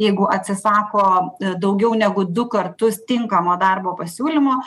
jeigu atsisako daugiau negu du kartus tinkamo darbo pasiūlymo